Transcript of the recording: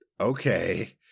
okay